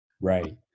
right